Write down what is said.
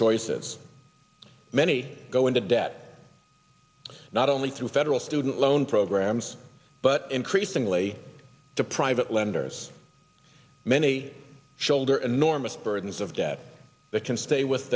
choices many go into debt not only through federal student loan programs but increasingly to private lenders many shoulder enormous burdens of debt that can stay with